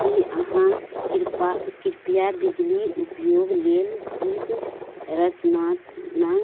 कि अहाँ कृपा कृपया बिजली उपयोग लेल शुल्क रचनाके